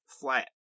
flat